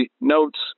notes